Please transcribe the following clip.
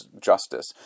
justice